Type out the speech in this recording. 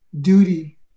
duty